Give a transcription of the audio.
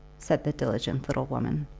said the diligent little woman.